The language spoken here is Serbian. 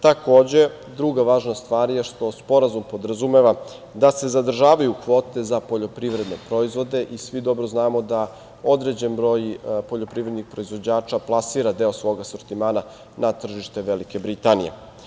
Takođe, druga važna stvar je što sporazum podrazumeva da se zadržavaju kvote za poljoprivredne proizvode i svi dobro znamo da određen broj poljoprivrednih proizvođača plasira deo svog asortimana na tržište Velike Britanije.